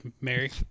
Mary